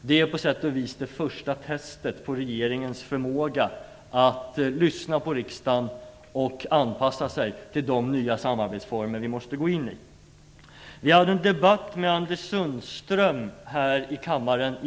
Det är på sätt och vis det första testet på regeringens förmåga att lyssna på riksdagen och anpassa sig till de nya samarbetsformer som vi måste gå in i. Vi hade i förra veckan en debatt med Anders Sundström här i kammaren.